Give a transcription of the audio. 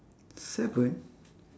seven